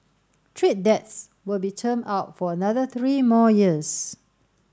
trade debts will be termed out for another three more years